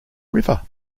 river